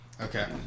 Okay